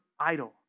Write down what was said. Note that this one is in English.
idol